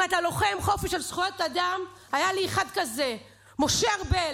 אם אתה לוחם חופש על זכויות אדם היה לי אחד כזה: משה ארבל.